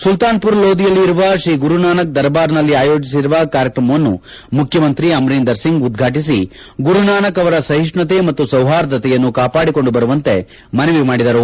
ಸುಲ್ತಾನ್ಪುರ್ ಲೋಧಿಯಲ್ಲಿ ಇರುವ ಶ್ರೀಗುರುನಾನಕ್ ದರ್ಬಾರ್ನಲ್ಲಿ ಆಯೋಜಿಸಿರುವ ಕಾರ್ಯಕ್ರಮವನ್ನು ಮುಖ್ಯಮಂತ್ರಿ ಅಮರೀಂದರ್ ಸಿಂಗ್ ಉದ್ಘಾಟಿಸಿ ಗುರುನಾನಕ್ ಅವರ ಸಹಿಷ್ಣುತೆ ಮತ್ತು ಸೌಹಾರ್ದತೆಯನ್ನು ಕಾಪಾಡಿಕೊಂದು ಬರುವಂತೆ ಮನವಿ ಮಾಡಿದರು